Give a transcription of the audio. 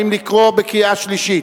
האם לקרוא קריאה שלישית?